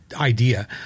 idea—